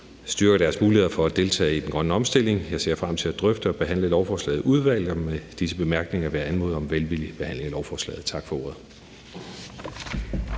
og styrker deres muligheder for at deltage i den grønne omstilling. Jeg ser frem til at drøfte og behandle lovforslaget i udvalget, og med disse bemærkninger vil jeg anmode om velvillig behandling af lovforslaget. Tak for ordet.